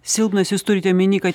silpnas jūs turit omeny kad